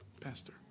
Pastor